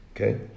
Okay